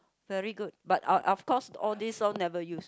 very good but uh uh of course all these all never use